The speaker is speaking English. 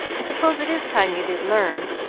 i suppose it is time you did learn,